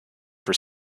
for